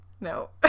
no